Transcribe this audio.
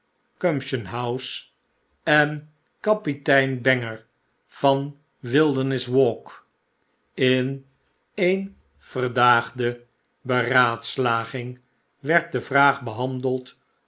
house en kapitein banger van wilderness walk in een verdaagde beraadslaging werd de vraag bebandeld